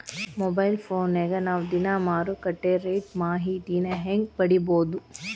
Mobile ಫೋನ್ಯಾಗ ನಾವ್ ದಿನಾ ಮಾರುಕಟ್ಟೆ ರೇಟ್ ಮಾಹಿತಿನ ಹೆಂಗ್ ಪಡಿಬೋದು?